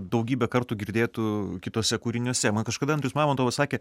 daugybę kartų girdėtų kituose kūriniuose man kažkada andrius mamontovas sakė